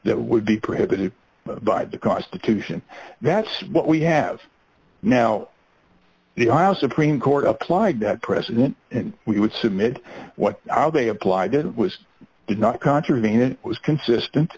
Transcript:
that would be prohibited by the constitution that's what we have now the aisles supreme court applied that president and we would submit what are they applied it was not contravene